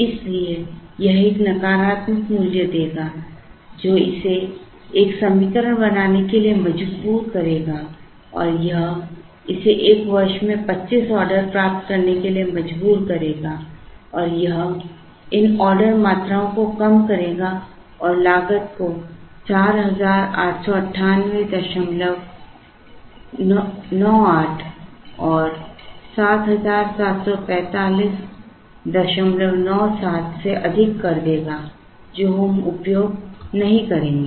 इसलिए यह एक नकारात्मक मूल्य देगा जो इसे एक समीकरण बनाने के लिए मजबूर करेगा और यह इसे एक वर्ष में 25 ऑर्डर प्राप्त करने के लिए मजबूर करेगा और यह इन ऑर्डर मात्राओं को कम करेगा और लागत को 489898 और 774597 से अधिक कर देगा जो हम उपयोग नहीं करेंगे